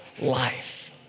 life